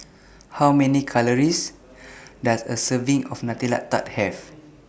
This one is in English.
How Many Calories Does A Serving of Nutella Tart Have